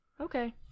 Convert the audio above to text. Okay